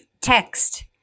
text